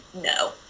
no